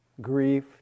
grief